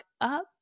up